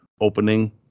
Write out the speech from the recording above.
opening